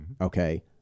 okay